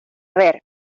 ver